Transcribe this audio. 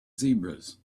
zebras